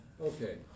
Okay